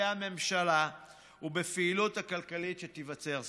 הממשלה ובפעילות הכלכלית שתיווצר סביבם,